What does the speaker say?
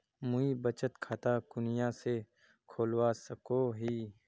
मुई बचत खता कुनियाँ से खोलवा सको ही?